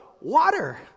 water